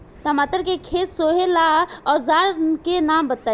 टमाटर के खेत सोहेला औजर के नाम बताई?